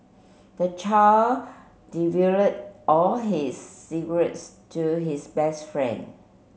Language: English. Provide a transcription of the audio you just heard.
the child all his secrets to his best friend